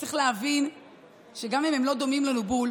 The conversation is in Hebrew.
צריך להבין שגם אם הם לא דומים לנו בול,